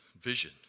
vision